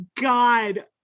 God